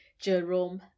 jerome